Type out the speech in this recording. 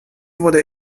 wurde